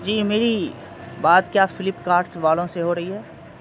جی میری بات کیا فلپ کارٹ والوں سے ہو رہی ہے